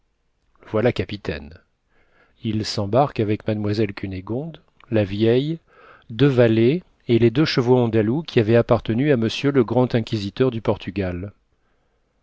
voilà capitaine il s'embarque avec mademoiselle cunégonde la vieille deux valets et les deux chevaux andalous qui avaient appartenu à m le grand inquisiteur de portugal